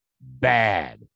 bad